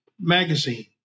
magazine